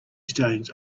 stones